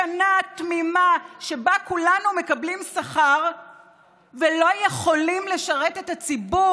שנה תמימה שבה כולנו מקבלים שכר ולא יכולים לשרת את הציבור.